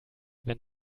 wenn